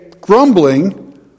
grumbling